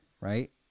right